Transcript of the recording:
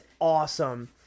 awesome